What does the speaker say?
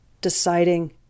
deciding